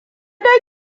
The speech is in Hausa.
dai